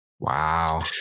Wow